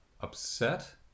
upset